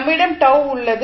நம்மிடம் τ உள்ளது